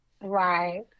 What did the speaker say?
Right